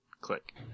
click